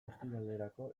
ostiralerako